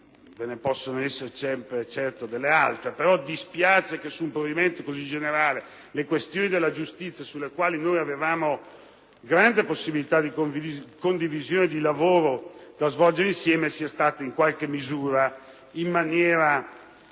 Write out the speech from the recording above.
persa. Possono essercene certo delle altre, però dispiace che su un provvedimento così generale le questioni della giustizia, sulle quali avevamo grande possibilità di condividere il lavoro da svolgere insieme, sia stata in maniera